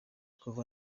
kuva